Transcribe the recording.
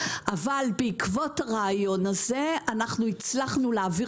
אבל בעקבות הרעיון הזה אנחנו הצלחנו להעביר